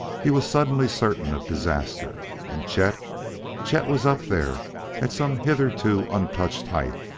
he was suddenly certain of disaster. and chet chet was up there at some hitherto untouched height,